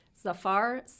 Zafar